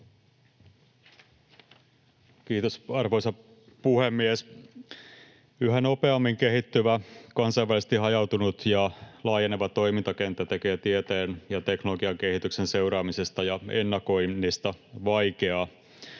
Kiitos, arvoisa puhemies! Yhä nopeammin kehittyvä, kansainvälisesti hajautunut ja laajeneva toimintakenttä tekee tieteen ja teknologian kehityksen seuraamisesta ja ennakoinnista vaikeaa.